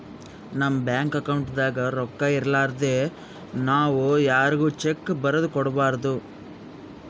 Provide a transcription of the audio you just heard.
ನಮ್ ಬ್ಯಾಂಕ್ ಅಕೌಂಟ್ದಾಗ್ ರೊಕ್ಕಾ ಇರಲಾರ್ದೆ ನಾವ್ ಯಾರ್ಗು ಚೆಕ್ಕ್ ಬರದ್ ಕೊಡ್ಬಾರ್ದು